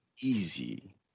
easy